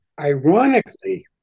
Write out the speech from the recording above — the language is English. Ironically